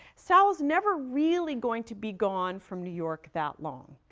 sal is never really going to be gone from new york that long.